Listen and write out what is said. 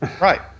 Right